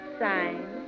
sign